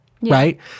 right